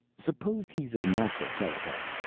supposed he's a natural telepath.